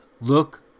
look